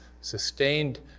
sustained